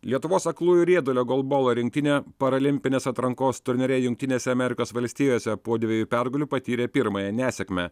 lietuvos aklųjų riedulio golbolo rinktinė paralimpinės atrankos turnyre jungtinėse amerikos valstijose po dviejų pergalių patyrė pirmąją nesėkmę